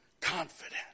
confident